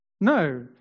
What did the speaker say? No